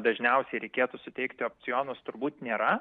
dažniausiai reikėtų suteikti opcionus turbūt nėra